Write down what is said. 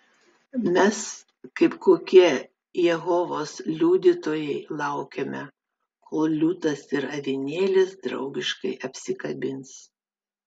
mes kaip kokie jehovos liudytojai laukiame kol liūtas ir avinėlis draugiškai apsikabins